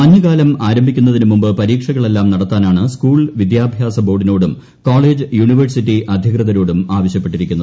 മഞ്ഞ്കാലം ആരംഭിക്കുന്നതിന് മുമ്പ് പരീക്ഷകളെല്ലാം നടത്താനാണ് സ്കൂൾ വിദ്യാഭ്യാസ ബോർഡിനോടും കോളേജ് യൂണിവേഴ്സിറ്റി അധികൃതരോടും ആവശ്യപ്പെട്ടിരിക്കുന്നത്